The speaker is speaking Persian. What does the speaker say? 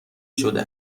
شده